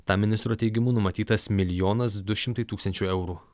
tam ministro teigimu numatytas milijonas du šimtai tūkstančių eurų